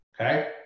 okay